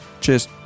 cheers